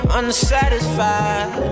unsatisfied